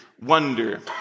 wonder